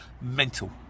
mental